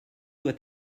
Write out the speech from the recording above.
doit